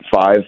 five